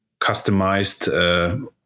customized